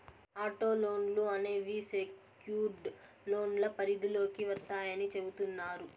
auto లోన్లు అనేవి secured లోన్ల పరిధిలోకి వత్తాయని చెబుతున్నారు